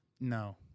No